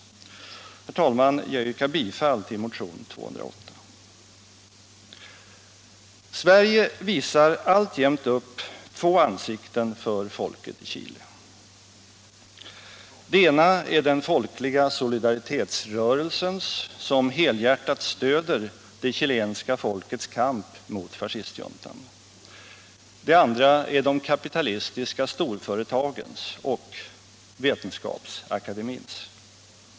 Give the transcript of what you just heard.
Sverige visar alltjämt upp två ansikten för folket i Chile. Det ena är den folkliga solidaritetsrörelsens, en rörelse som helhjärtat stöder det chilenska folkets kamp mot fascistjuntan. Det andra är de kapitalistiska storföretagens och — Vetenskapsakademiens.